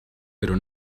pero